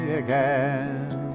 again